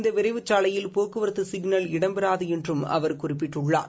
இந்த விரைவுப் சாலையில் போக்குவரத்து சிக்னல் இடம்பெறாது என்றும் அவர் குறிப்பிட்டுள்ளார்